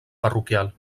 parroquial